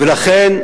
ולכן,